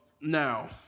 Now